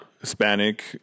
Hispanic